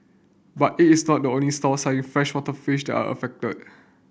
but it is not only stalls selling freshwater fish are affected